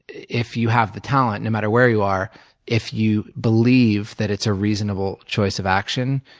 if you have the talent no matter where you are if you believe that it's a reasonable choice of action,